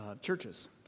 churches